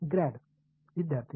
विद्यार्थी